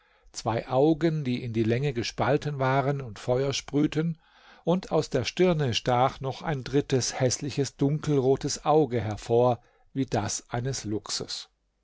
zwei augen die in die länge gespalten waren und feuer sprühten und aus der stirne stach noch ein drittes häßliches dunkelrotes auge hervor wie das eines